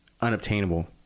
unobtainable